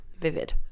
vivid